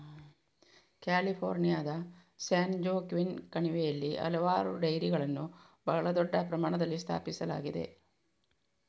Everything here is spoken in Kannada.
ಕ್ಯಾಲಿಫೋರ್ನಿಯಾದ ಸ್ಯಾನ್ಜೋಕ್ವಿನ್ ಕಣಿವೆಯಲ್ಲಿ ಹಲವಾರು ಡೈರಿಗಳನ್ನು ಬಹಳ ದೊಡ್ಡ ಪ್ರಮಾಣದಲ್ಲಿ ಸ್ಥಾಪಿಸಲಾಗಿದೆ